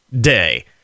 Day